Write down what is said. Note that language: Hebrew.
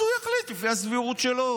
אז הוא יחליט לפי הסבירות שלו.